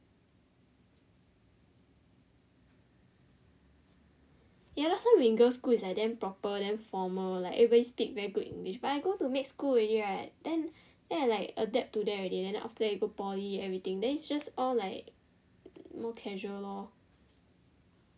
ya lah last time in girls school is like damn proper damn formal leh everybody speak very good english then I go mixed school already right then I like adapt to them already then after that go poly everything then it's just all like more casual lor